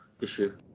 issue